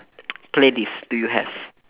playlist do you have